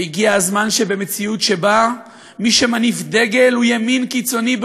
והגיע הזמן שבמציאות שבה מי שמניף דגל הוא ימין קיצוני,